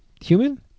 human